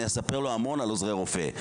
אני אספר לו המון על עוזרי רופא.